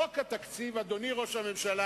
חוק התקציב, אדוני ראש הממשלה,